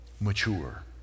mature